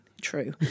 True